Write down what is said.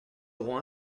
aurons